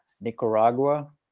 Nicaragua